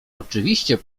oczywiście